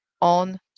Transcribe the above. on